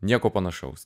nieko panašaus